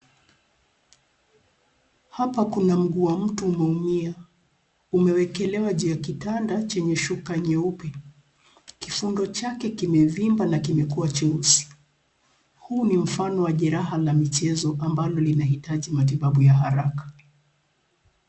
Hapa kuna mguu wa mtu umeumia. Umewekelwa juu ya kitanda chenye shuka nyeupe. Kifundo chake kimevimba na kimekua cheusi. Huu ni mfano wa jeraha la michezo ambalo linahitaji matibabu ya haraka.